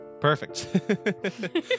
Perfect